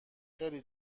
خیلی